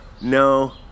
no